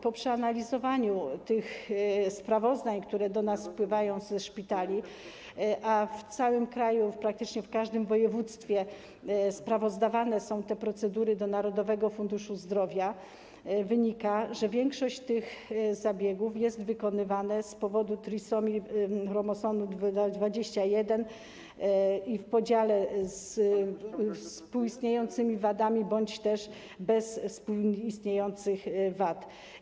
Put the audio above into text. Po przeanalizowaniu tych sprawozdań, które do nas wpływają ze szpitali, a w całym kraju, w praktycznie każdym województwie sprawozdawane są te procedury do Narodowego Funduszu Zdrowia, wynika, że większość tych zabiegów jest wykonywana z powodu trisomii, chromosomu 21 i w podziale ze współistniejącymi wadami bądź też bez współistniejących wad.